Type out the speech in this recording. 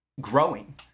growing